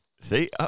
See